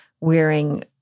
wearing